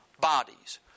bodies